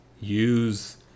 use